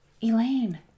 Elaine